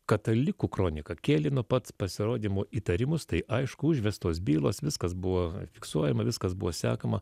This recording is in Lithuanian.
katalikų kronika kėlė nuo pat pasirodymo įtarimus tai aišku užvestos bylos viskas buvo fiksuojama viskas buvo sekama